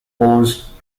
course